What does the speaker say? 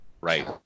right